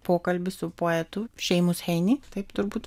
pokalbį su poetu šeimus heini taip turbūt